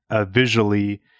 visually